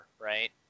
right